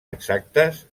exactes